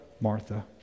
Martha